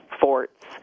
forts